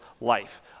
life